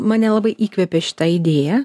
mane labai įkvėpė šita idėja